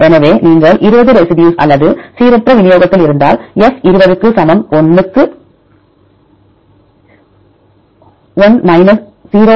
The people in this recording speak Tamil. எனவே நீங்கள் 20 ரெசிடியூஸ் அல்லது சீரற்ற விநியோகத்தில் இருந்தால் F 20 க்கு சமம் 1 க்கு 1 மைனஸ் 0